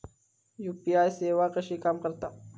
UPI सेवा कशी काम करता?